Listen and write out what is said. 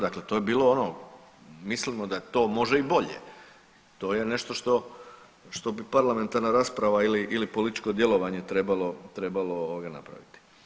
Dakle to je bilo ono mislimo da to može i bolje, to je nešto što bi parlamentarna rasprava ili političko djelovanje trebalo napraviti.